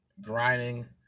grinding